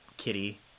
kitty